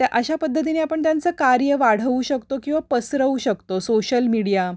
त्या अशा पद्धतीने आपण त्यांचं कार्य वाढवू शकतो किंवा पसरवू शकतो सोशल मीडिया